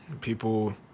people